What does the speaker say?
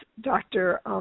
Dr